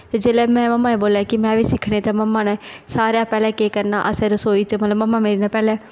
के जेल्लै में मम्मा गी बोलेआ कि में बी सिक्खने ते मम्मा ने सारा शा पैह्लें केह् करना असें रसोई च मतलब मम्मा मेरी ने पैह्लें